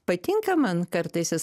patinka man kartais jis